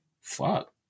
Fuck